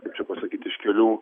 kaip čia pasakyt iš kelių